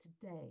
today